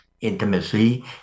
intimacy